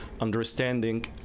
understanding